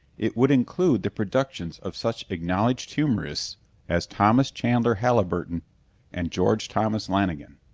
it would include the productions of such acknowledged humorists as thomas chandler haliburton and george thomas lanigan,